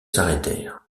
s’arrêtèrent